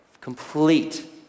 complete